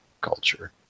Culture